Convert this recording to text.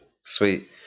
Sweet